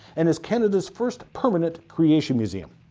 and is canada's first permanent creation museum.